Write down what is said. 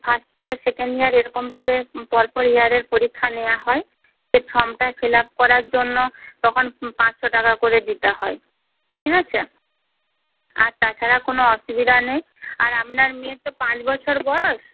first year second year এরকমভাবে পরপর ইয়ারের পরীক্ষা নেওয়া হয় সেই ফর্মটা ফিল আপ করার জন্য তখন পাঁচশো টাকা করে দিতে হয় ঠিক আছে আর তাছাড়া কোনো অসুবিধা নেই আর আপনার মেয়ের তো পাঁচ বছর বয়স